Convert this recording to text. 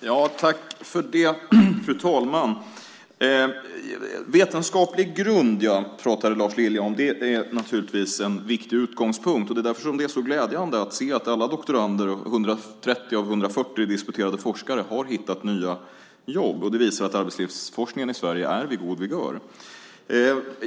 Fru talman! Lars Lilja pratade om vetenskaplig grund. Det är naturligtvis en viktig utgångspunkt. Det är därför det är så glädjande att se att alla doktorander och 130 av 140 disputerade forskare har hittat nya jobb. Det visar att arbetslivsforskningen i Sverige är vid god vigör.